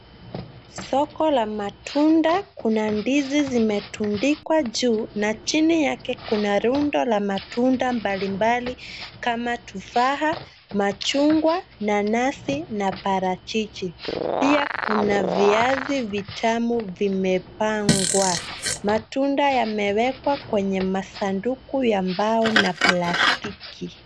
Soko la matunda. Kuna ndizi zimetundikwa juu. Chini yake kuna rundo la matunda mbalimbali kama tufaha, machungwa, nanasi na parachichi. Pia kuna viazi vitamu vimepangwa. Matunda yamewekwa kwenye masanduku ya mbao na plastiki.